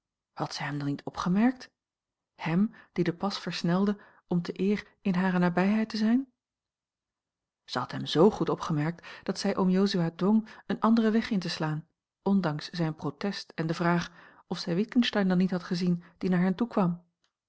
had zij hem dan niet opgemerkt hem die den pas versnelde om te eer in hare nabijheid te zijn zij had hem z goed opgemerkt dat zij oom jozua dwong een anderen weg in te slaan ondanks zijn protest en de vraag of zij witgensteyn dan niet had gezien die naar hen toekwam